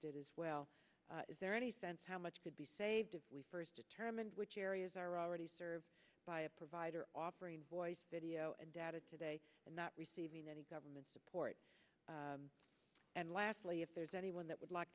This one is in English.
did as well is there any sense how much could be saved if we first determine which areas are already served by a provider offering voice video and data today and not receiving any government support and lastly if there's anyone that would like